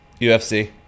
UFC